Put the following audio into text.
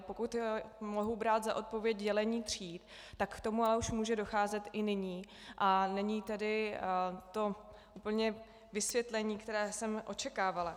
Pokud mohu brát za odpověď dělení tříd, tak k tomu ale může docházet i nyní, a není to tedy úplně vysvětlení, které jsem očekávala.